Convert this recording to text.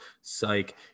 psych